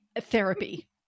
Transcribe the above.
Therapy